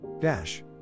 Dash